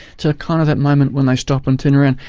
to kind of that moment when they stop and turn around.